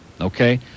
Okay